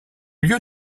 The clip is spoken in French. lieu